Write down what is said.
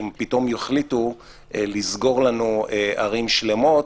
אם פתאום יחליטו לסגור לנו ערים שלמות,